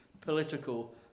political